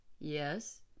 Yes